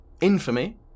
infamy